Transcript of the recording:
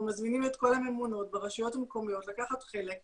מזמינים את כל הממונות ברשויות המקומיות לקחת חלק.